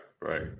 Right